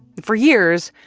for years,